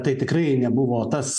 tai tikrai nebuvo tas